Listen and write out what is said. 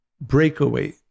breakaway